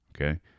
Okay